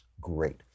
great